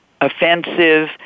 offensive